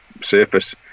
surface